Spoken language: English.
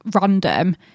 random